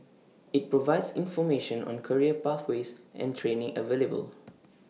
IT provides information on career pathways and training available